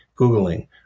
Googling